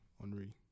Henri